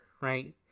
right